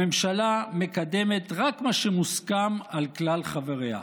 הממשלה מקדמת רק מה שמוסכם על כלל חבריה.